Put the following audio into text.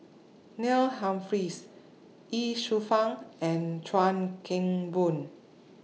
Neil Humphreys Ye Shufang and Chuan Keng Boon